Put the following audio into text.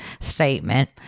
statement